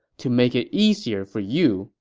to make it easier for you,